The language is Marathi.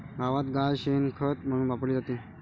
गावात गाय शेण खत म्हणून वापरली जाते